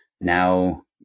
now